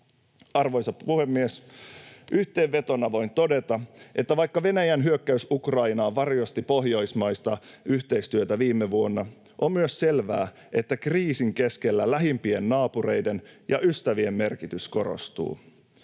Arvoisa puhemies! Yhteenvetona voin todeta, että vaikka Venäjän hyökkäys Ukrainaan varjosti pohjoismaista yhteistyötä viime vuonna, on myös selvää, että kriisin keskellä lähimpien naapureiden ja ystävien merkitys korostuu.